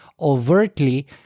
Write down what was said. overtly